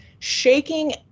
shaking